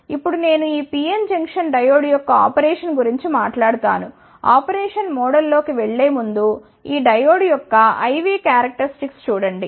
ఇప్పుడు నేను ఈ PN జంక్షన్ డయోడ్ యొక్క ఆపరేషన్ గురించి మాట్లాడుతాను ఆపరేషన్ మోడ్లోకి వెళ్ళే ముందు ఈ డయోడ్ యొక్క I V క్యారక్టరిస్టిక్స్ చూడండి